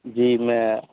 جی میں